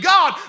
God